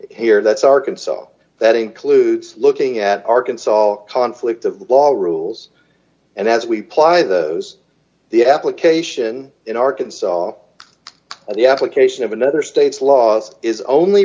here that's arkansas that includes looking at arkansas law conflict of laws rules and as we ply those the application in arkansas law and the application of another state's laws is only